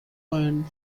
point